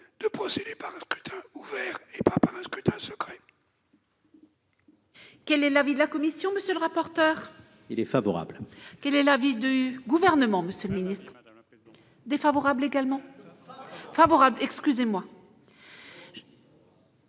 de procéder par un scrutin ouvert, plutôt que par un scrutin secret.